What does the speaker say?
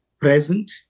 present